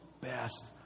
best